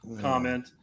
comment